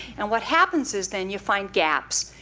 and what happens is then you find gaps.